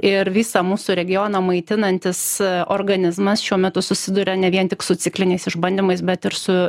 ir visą mūsų regioną maitinantis organizmas šiuo metu susiduria ne vien tik su cikliniais išbandymais bet ir su